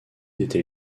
était